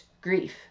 grief